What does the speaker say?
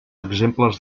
exemples